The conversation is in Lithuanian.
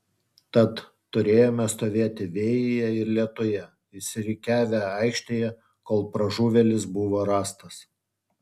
tad turėjome stovėti vėjyje ir lietuje išsirikiavę aikštėje kol pražuvėlis buvo rastas